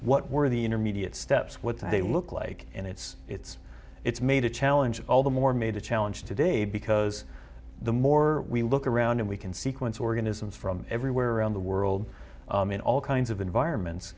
what were the intermediate steps what they look like and it's it's it's made a challenge all the more made a challenge today because the more we look around we can sequence organisms from everywhere around the world in all kinds of environments